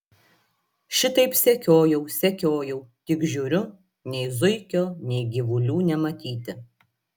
šitaip sekiojau sekiojau tik žiūriu nei zuikio nei gyvulių nematyti